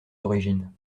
origines